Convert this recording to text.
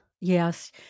Yes